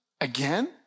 again